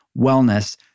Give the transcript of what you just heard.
wellness